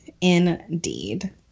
Indeed